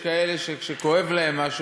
יש כאלה שכשכואב להם משהו,